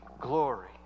glory